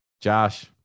Josh